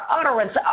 utterance